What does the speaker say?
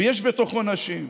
ויש בתוכו נשים,